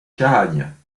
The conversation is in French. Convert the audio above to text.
cahagnes